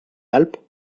alpes